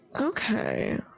Okay